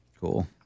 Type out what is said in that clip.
Cool